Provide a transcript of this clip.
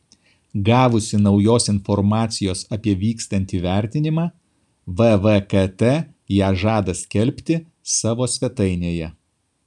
gavusi naujos informacijos apie vykstantį vertinimą vvkt ją žada skelbti savo svetainėje